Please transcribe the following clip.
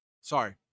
Sorry